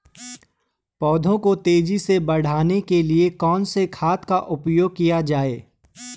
पौधों को तेजी से बढ़ाने के लिए कौन से खाद का उपयोग किया जाए?